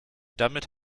damit